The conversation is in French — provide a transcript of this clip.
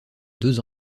deux